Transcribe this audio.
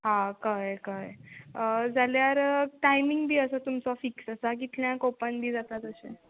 हा कळ्ळें कळ्ळें जाल्यार टायमींग बी आसा तुमचो फिक्स आसा कितल्यांक ओपन बी जाता तशे